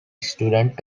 student